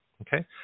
Okay